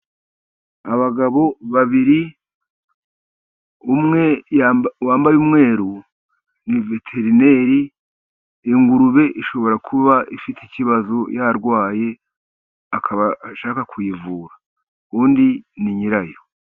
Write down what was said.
Abagabo babiri umwe wambaye umweru ni veterineri. Ingurube ishobora kuba ifite ikibazo yarwaye, akaba ashaka kuyivura. Undi ni nyirayo.